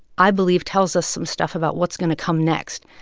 i believe, tells us some stuff about what's going to come next.